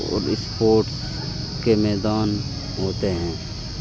اور اسپورٹس کے میدان ہوتے ہیں